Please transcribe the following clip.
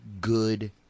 good